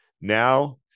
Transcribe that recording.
Now